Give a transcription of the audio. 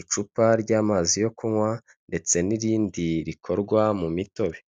icupa ry'amazi yo kunywa ndetse n'irindi rikorwa mu mitobe.